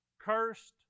cursed